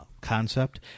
concept